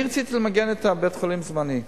אני רציתי למגן את בית-החולים, זמנית,